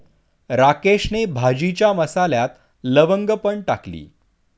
राकेशने भाजीच्या मसाल्यात लवंग पण टाकली